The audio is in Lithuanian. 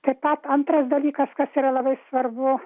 tad antras dalykas kas yra labai svarbu